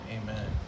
amen